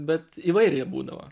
bet įvairiai būdavo